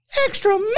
Extra